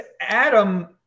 Adam